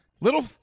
Little